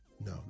No